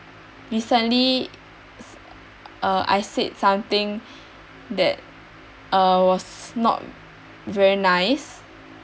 recently uh I said something that uh was not very nice